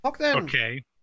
Okay